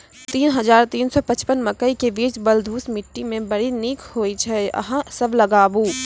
तीन हज़ार तीन सौ पचपन मकई के बीज बलधुस मिट्टी मे बड़ी निक होई छै अहाँ सब लगाबु?